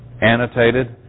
annotated